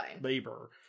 labor